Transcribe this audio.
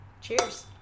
cheers